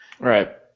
Right